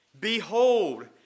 Behold